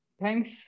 Thanks